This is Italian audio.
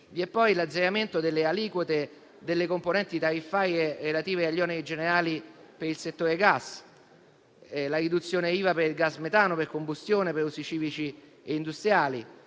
Vi è poi l'azzeramento delle aliquote delle componenti tariffarie relative agli oneri generali per il settore gas e la riduzione IVA per il gas metano per combustione per usi civici e industriali.